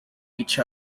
each